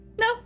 No